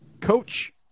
coach